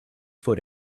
foot